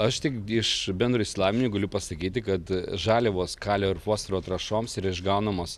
aš tik iš bendro išsilavinimo galiu pasakyti kad žaliavos kalio ir fosforo trąšoms ir išgaunamos